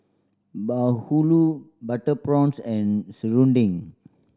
bahulu butter prawns and serunding